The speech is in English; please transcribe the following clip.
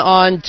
on